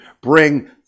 bring